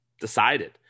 decided